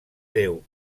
deu